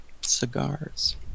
Cigars